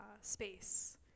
space